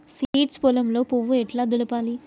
Seeds పొలంలో పువ్వు ఎట్లా దులపాలి?